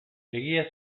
egia